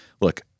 look